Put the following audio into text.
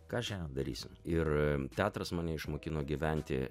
ką šiandien darysim ir teatras mane išmokino gyventi